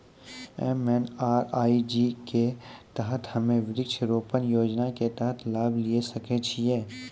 MNREGA के तहत हम्मय वृक्ष रोपण योजना के तहत लाभ लिये सकय छियै?